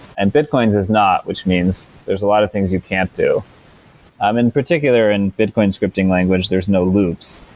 and bitcoin is is not, which means there's a lot of things you can't do um in particular in bitcoin scripting language, there is no loops,